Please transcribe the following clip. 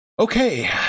Okay